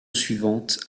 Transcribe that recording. suivante